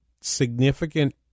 significant